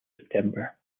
september